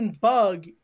bug